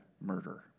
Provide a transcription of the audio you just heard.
murder